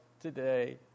today